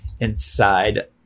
inside